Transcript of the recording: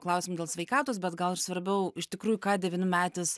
klausimų dėl sveikatos bet gal ir svarbiau iš tikrųjų ką devynmetis